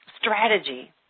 strategy